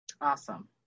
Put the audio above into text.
Awesome